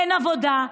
אין עבודה,